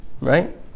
right